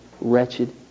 wretched